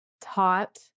taught